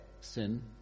sin